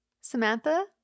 Samantha